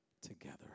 together